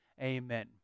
Amen